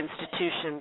institutions